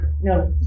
no